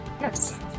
Yes